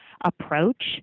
approach –